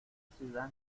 ciudad